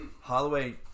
Holloway